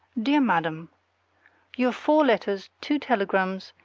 dear madam your four letters, two telegrams,